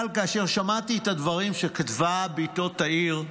אבל כאשר שמעתי את הדברים שכתבה בתו תאיר,